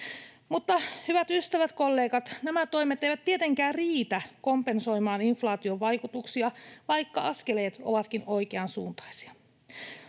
Mutta, hyvät ystävät, kollegat, nämä toimet eivät tietenkään riitä kompensoimaan inflaation vaikutuksia, vaikka askeleet ovatkin oikeansuuntaisia.